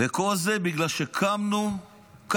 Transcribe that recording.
וכל זה בגלל שקמו לכלותנו,